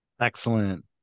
excellent